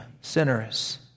sinners